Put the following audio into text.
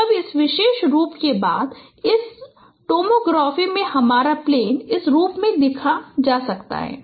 तो अब इस विशेष रूप के बाद इस टोमोग्राफी में हमारा प्लेन इस रूप में लिखा जा सकता है